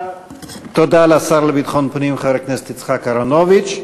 תודה לשר לביטחון פנים, חבר הכנסת יצחק אהרונוביץ.